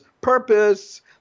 purpose